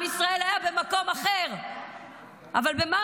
עם ישראל היה במקום אחר.